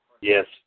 Yes